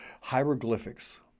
hieroglyphics